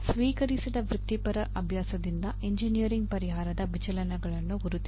ಸ್ವೀಕರಿಸಿದ ವೃತ್ತಿಪರ ಅಭ್ಯಾಸದಿಂದ ಎಂಜಿನಿಯರಿಂಗ್ ಪರಿಹಾರದ ವಿಚಲನಗಳನ್ನು ಗುರುತಿಸಿ